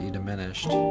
diminished